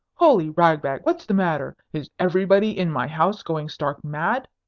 holy ragbag, what's the matter? is everybody in my house going stark mad?